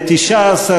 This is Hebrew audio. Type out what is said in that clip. התשע"ד 2014,